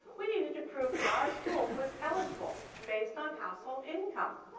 we needed to prove our school was eligible based on household income.